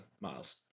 Miles